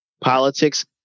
politics